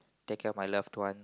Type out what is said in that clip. take care of my loved one